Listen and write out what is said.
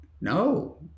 No